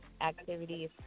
activities